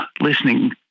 listening